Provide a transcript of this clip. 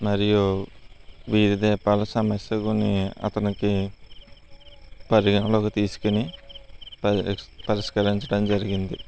మరియు వీధి దీపాల సమస్యలు అతనికి పరిగణలోకి తీసుకుని పరిష్క్ పరిష్కరించడం జరిగింది